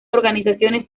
organizaciones